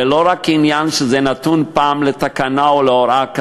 ולא רק כעניין שנתון לתקנה או להוראה,